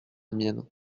mienne